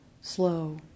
slow